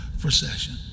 procession